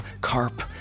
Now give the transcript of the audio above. carp